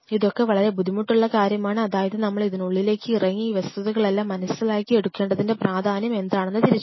ഇതൊക്കെ വളരെ ബുദ്ധിമുട്ടുള്ള കാര്യമാണ് അതായത് നമ്മൾ ഇതിനുള്ളിലേക്ക് ഇറങ്ങി ഈ വസ്തുതകളെല്ലാം മനസ്സിലാക്കി എടുക്കേണ്ടതിൻറെ പ്രാധാന്യം എന്താണെന്ന് തിരിച്ചറിയണം